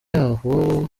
yaho